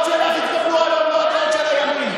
הדעות שלך התקבלו היום ולא הדעות של הימין.